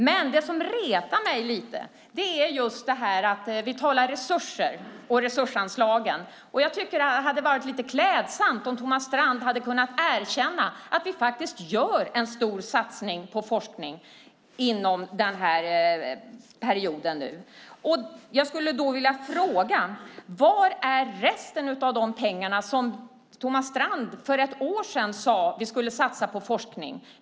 Men det som retar mig lite är just detta att vi talar resurser och resursanslag, och jag tycker att det hade varit klädsamt om Thomas Strand hade kunnat erkänna att vi faktiskt gör en stor satsning på forskning inom den här perioden. Jag skulle vilja fråga: Var är resten av de pengar som Thomas Strand för ett år sedan sade att vi skulle satsa på forskning?